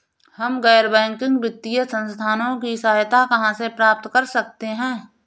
हम गैर बैंकिंग वित्तीय संस्थानों की सहायता कहाँ से प्राप्त कर सकते हैं?